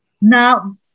now